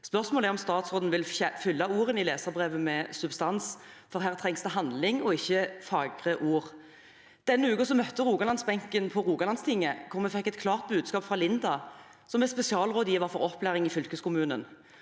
Spørsmålet er om statsråden vil fylle ordene i leserbrevet med substans, for her trengs det handling og ikke fagre ord. Denne uken møtte Rogalands-benken på Rogalandstinget, hvor vi fikk et klart budskap fra Linda, som er spesialrådgiver for opplæring i fylkeskommunen.